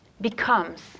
becomes